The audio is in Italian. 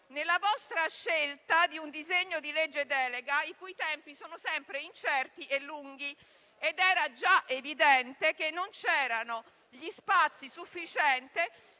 nella vostra scelta di un disegno di legge delega, i cui tempi sono sempre incerti e lunghi. Era già evidente che non c'erano gli spazi sufficienti